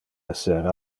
esser